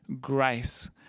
Grace